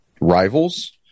rivals